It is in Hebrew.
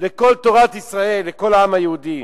לכל תורת ישראל, לכל העם היהודי.